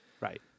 Right